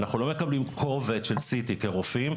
אנחנו לא מקבלים קובץ של CT כרופאים,